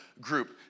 group